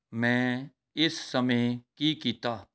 ਮੈਂ ਇਸ ਸਮੇਂ ਕੀ ਕੀਤਾ